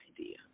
idea